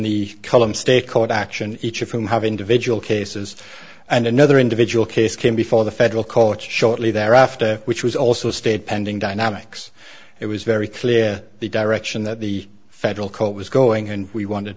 the column state court action each of whom have individual cases and another individual case came before the federal courts shortly thereafter which was also stayed pending dynamics it was very clear the direction that the federal court was going and we wanted